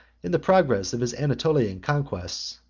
in the progress of his anatolian conquest,